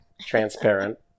transparent